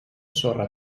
sorra